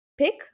pick